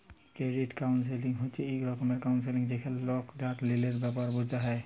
credit counselling হছে ইক রকমের কাউল্সেলিং যেখালে লল আর ঋলের ব্যাপারে বুঝাল হ্যয়